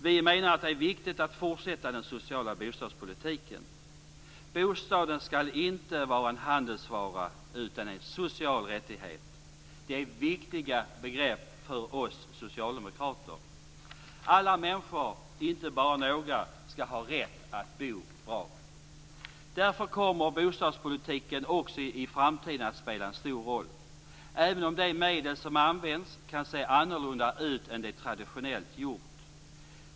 Vi menar att det är viktigt att fortsätta den sociala bostadspolitiken. Bostaden skall inte vara en handelsvara utan en social rättighet. Det är viktiga begrepp för oss socialdemokrater. Alla människor, inte bara några, skall ha rätt att bo bra. Därför kommer bostadspolitiken också i framtiden att spela en stor roll, även om de medel som används kan se annorlunda ut än de traditionellt gjort.